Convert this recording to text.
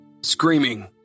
screaming